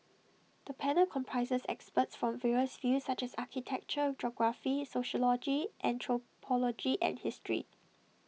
the panel comprises experts from various fields such as architecture geography sociology anthropology and history